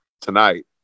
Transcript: tonight